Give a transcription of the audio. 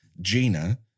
Gina